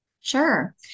Sure